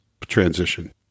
transition